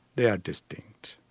they are distant.